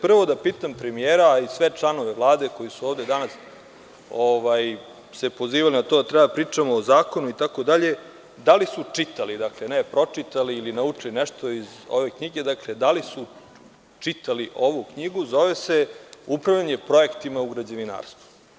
Prvo, da pitam premijera, a i sve članove Vlade koji su ovde danas se pozivali na to da treba da pričamo o zakonu itd, da li su čitali, dakle ne pročitali ili naučili nešto iz ove knjige, dakle da li su čitali ovu knjigu, zove se „ Upravljanje projektima u građevinarstvu“